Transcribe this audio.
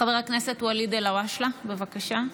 חבר הכנסת ואליד אלהואשלה, בבקשה.